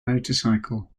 motorcycle